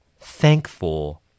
Thankful